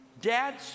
Dads